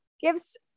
gives